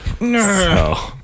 No